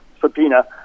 subpoena